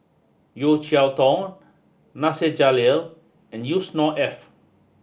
Yeo Cheow Tong Nasir Jalil and Yusnor Ef